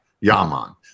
Yaman